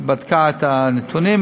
היא בדקה את הנתונים.